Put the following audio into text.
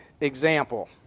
example